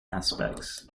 aspects